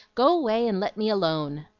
go away and let me alone.